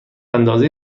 اندازه